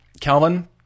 Calvin